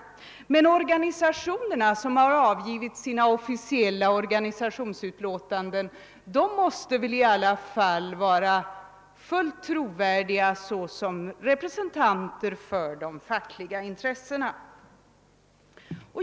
De organisationer som har avgivit officiella yttranden måste väl i alla fall vara fullt trovärdiga såsom representanter för de fackliga intressena.